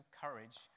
courage